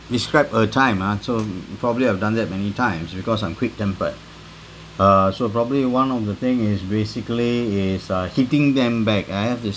describe a time ah so probably I've done that many times because I'm quick-tempered uh so probably one of the thing is basically is uh hitting them back I have this